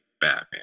Batman